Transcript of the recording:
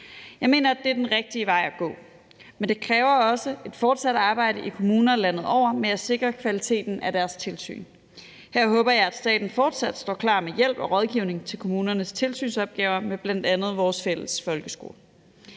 Jeg mener, det er den rigtige vej at gå, men det kræver også et fortsat arbejde i kommuner landet over med at sikre kvaliteten af deres tilsyn. Her håber jeg, at staten fortsat står klar med hjælp og rådgivning til kommunernes tilsynsopgaver med bl.a. vores fælles folkeskole.